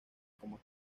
como